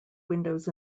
windows